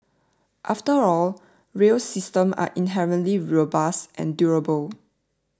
after all rail systems are inherently robust and durable